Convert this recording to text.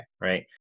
right